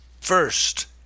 first